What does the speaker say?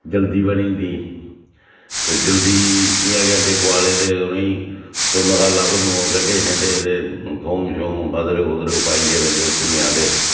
जल्दी बनी जंदी ते जल्दी केह् ऐ कि अण्डे बुआले ते उनेंई तुस मसाला भुन्नो गंढे शंढे ते थोम शोम अदरक उदरक पाइयै बिंद इक भुन्नेआ ते